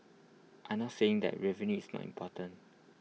I am not saying that revenue is not important